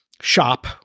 shop